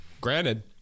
Granted